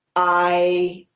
i